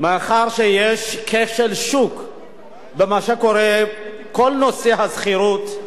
מאחר שיש כשל שוק במה שקורה בכל נושא השכירות.